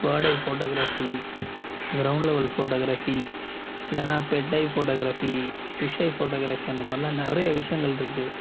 பாடை photography ground level photography இல்லைன்னா பெட்டைப் ஃபோட்டோகிராஃபி ஃபிஷ்ஷை ஃபோட்டோகிராஃபி அந்தமாதிரில்லாம் நிறைய விஷயங்கள் இருக்குது